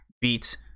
beat